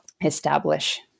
establish